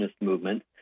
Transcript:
movement